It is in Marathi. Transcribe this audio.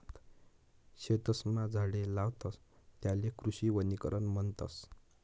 शेतसमा झाडे लावतस त्याले कृषी वनीकरण म्हणतस